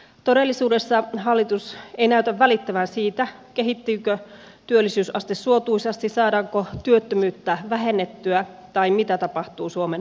todellisuudessa hallitus ei näytä välittävän siitä kehittyykö työllisyysaste suotuisasti saadaanko työttömyyttä vähennettyä tai mitä tapahtuu suomen velkaantumiselle